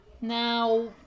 Now